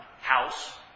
House